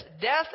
death